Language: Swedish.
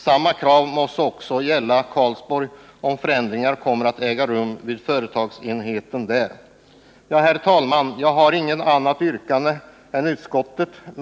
Samma sak måste gälla Karlsborg i händelse av förändringar där. Herr talman! Jag har inget annat yrkande än om bifall till utskottets hemställan.